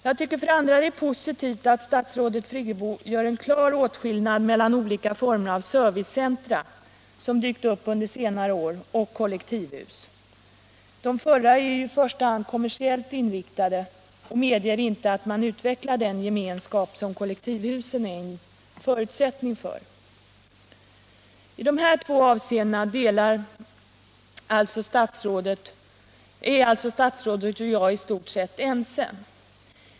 Jag tycker också att det är positivt att statsrådet Friggebo gör en klar åtskillnad mellan olika former av servicecentra, som dykt upp under senare år, och kollektivhus. De förra är i första hand kommersiellt inriktade och medger inte att man utvecklar den gemenskap som kollektivhusen är en förutsättning för. I dessa två avseenden är alltså statsrådet och jag i stort sett ense.